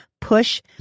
push